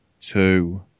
two